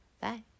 Bye